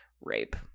rape